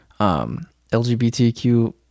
LGBTQ